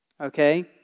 Okay